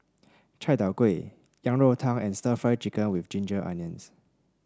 Chai Tow Kuay Yang Rou Tang and stir Fry Chicken with Ginger Onions